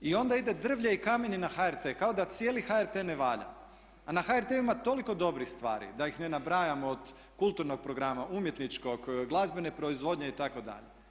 I onda ide drvlje i kamenje na HRT kao da cijeli HRT ne valja, a na HRT-u ima toliko dobrih stvari da ih ne nabrajam od kulturnog programa, umjetničkog, glazbene proizvodnje itd.